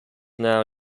now